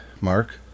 mark